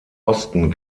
osten